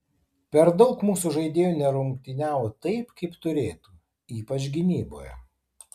per daug mūsų žaidėjų nerungtyniavo taip kaip turėtų ypač gynyboje